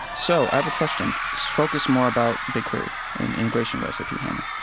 so i have a question. focus more about bigquery and immigration with sap yeah hana.